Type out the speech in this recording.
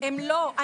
הם לא,